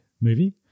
movie